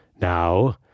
Now